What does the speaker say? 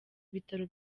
bitaro